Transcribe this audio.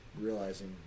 realizing